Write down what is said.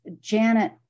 Janet